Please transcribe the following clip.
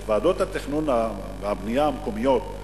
את ועדות התכנון והבנייה המקומיות,